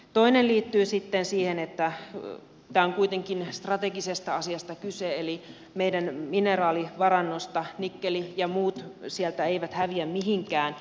toinen liittyy sitten siihen että tässä on kuitenkin strategisesta asiasta kyse eli meidän mineraalivarannostamme nikkeli ja muut sieltä eivät häviä mihinkään